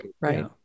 Right